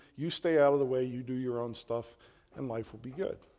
you stay out of the way, you do your own stuff and life will be good.